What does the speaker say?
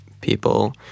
people